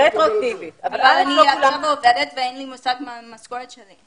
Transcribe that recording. אין לי מושג שמה המשכורת שלי.